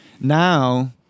Now